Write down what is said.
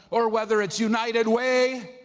or whether it's united way,